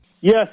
Yes